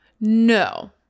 No